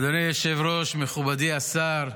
אדוני היושב-ראש, מכובדי השר,